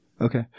Okay